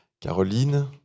Caroline